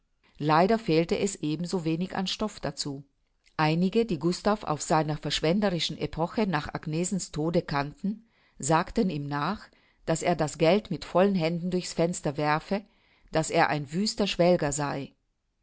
leider fehlte es eben so wenig an stoff dazu einige die gustav aus seiner verschwenderischen epoche nach agnesens tode kannten sagten ihm nach daß er das geld mit vollen händen durch's fenster werfe daß er ein wüster schwelger sei